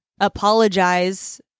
apologize